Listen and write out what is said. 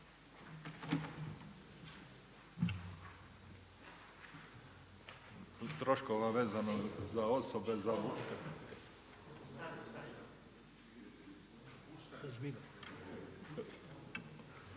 troškova vezano za osobe za